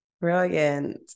Brilliant